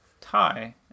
tie